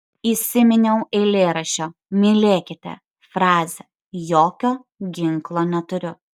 įsiminiau eilėraščio mylėkite frazę jokio ginklo neturiu